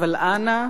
אבל אנא,